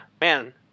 man